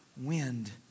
wind